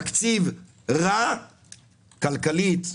תקציב רע כלכלית,